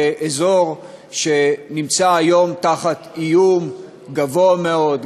אזור שנמצא היום תחת איום גבוה מאוד,